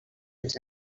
els